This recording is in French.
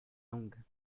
langues